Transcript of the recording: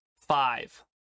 Five